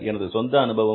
எனது சொந்த அனுபவம்